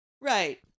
right